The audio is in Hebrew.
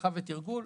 הדרכה ותרגול.